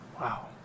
Wow